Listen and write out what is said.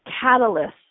catalyst